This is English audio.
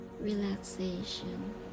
relaxation